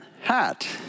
hat